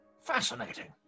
Fascinating